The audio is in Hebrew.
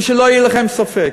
ושלא יהיה לכם ספק,